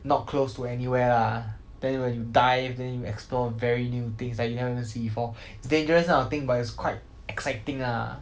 not close to anywhere lah then when you dive then you explore very new things like you never even see before dangerous kind of thing but it's quite exciting ah